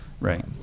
right